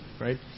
right